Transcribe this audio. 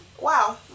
wow